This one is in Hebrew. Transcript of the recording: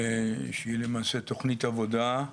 שהיא למעשה תוכנית עבודה,